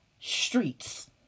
streets